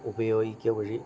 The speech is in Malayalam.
ഉപയോഗിക്കുക വഴി